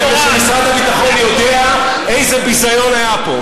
מפני שמשרד הביטחון יודע איזה ביזיון היה פה.